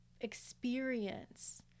experience